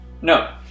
No